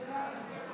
אנחנו בעד.